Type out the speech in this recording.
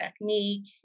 technique